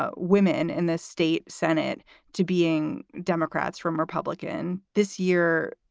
ah women in the state senate to being democrats from republican this year.